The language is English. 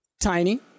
Tiny